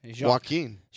Joaquin